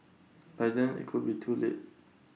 by then IT could be too late